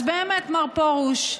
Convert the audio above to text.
אז באמת, מר פרוש,